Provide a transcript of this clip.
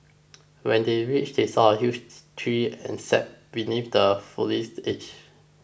when they reached they saw a huge tree and sat beneath the foliage